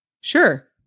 sure